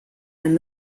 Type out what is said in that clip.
and